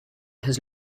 has